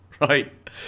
Right